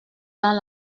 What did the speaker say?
dans